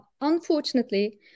unfortunately